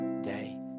day